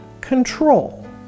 control